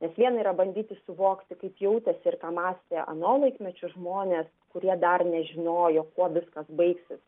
nes viena yra bandyti suvokti kaip jautėsi ir ką mąstė ano laikmečio žmonės kurie dar nežinojo kuo viskas baigsis